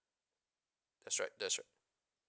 that's right that's right